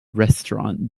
restaurant